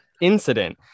incident